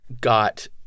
got